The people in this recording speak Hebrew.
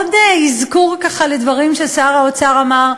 עוד אזכור, ככה, של דברים ששר האוצר אמר.